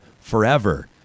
forever